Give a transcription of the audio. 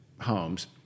homes